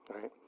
right